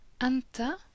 Anta